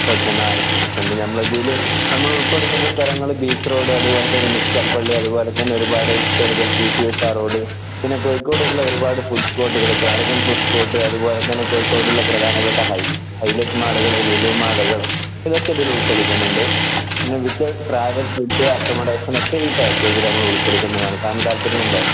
okay നാല് friends ഉണ്ട് നമ്മൾ ഇതിൽ നമ്മൾ ഉൾക്കൊള്ളിക്കുന്ന സ്ഥലങ്ങൾ ബീച്ച് റോഡ് അതുപോലെ തന്നെ മിഷ്കൽ പള്ളി അതുപോലെ തന്നെ ഒരുപാട് ഹിസ്റ്റോറിക്കൽ പി ടി ഉഷ റോഡ് പിന്നെ കോഴിക്കോടുള്ള ഒരുപാട് ഫുഡ് സ്പോട്ടുകൾ പാരഗൺ ഫുഡ് സ്പോട്ട് അതുപോലെ തന്നെ കോഴിക്കോടുള്ള പ്രധാനപ്പെട്ട ഹൈ ഹൈലൈറ്റ് മാളുകള് ലുലു മാൾ ഇതൊക്കെ ഇതിൽ ഉൾക്കൊള്ളിക്കുന്നുണ്ട് പിന്നെ വിത്ത് ട്രാവൽ ഫുഡ് അക്കോമഡേഷൻ ഒക്കെ ഈ പാക്കേജിൽ നമ്മൾ ഉൾക്കൊളിക്കുന്നതാണ് സാറിന് താല്പര്യം ഉണ്ടോ